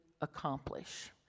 accomplish